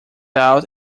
out